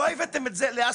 לא הבאתם את זה לעשרה,